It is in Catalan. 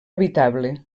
habitable